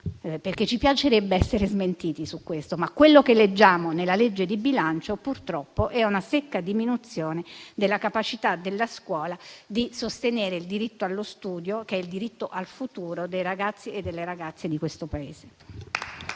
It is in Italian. perché ci piacerebbe essere smentiti, ma quello che leggiamo nel disegno di legge di bilancio, purtroppo, è una secca diminuzione della capacità della scuola di sostenere il diritto allo studio, che è il diritto al futuro dei ragazzi e delle ragazze di questo Paese.